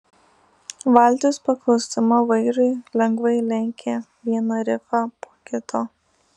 valtis paklusdama vairui lengvai lenkė vieną rifą po kito